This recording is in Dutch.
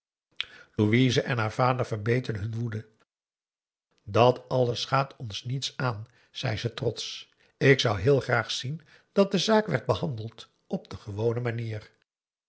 en haar vader verbeten hun woede dat alles gaat ons niets aan zei ze trotsch ik zou heel graag zien dat de zaak werd behandeld op de gewone manier